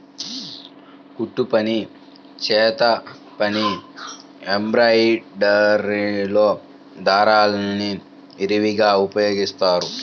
కుట్టుపని, నేతపని, ఎంబ్రాయిడరీలో దారాల్ని విరివిగా ఉపయోగిస్తారు